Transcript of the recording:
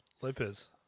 Lopez